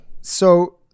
So-